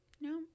no